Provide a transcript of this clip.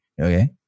okay